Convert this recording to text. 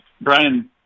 Brian